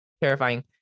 Terrifying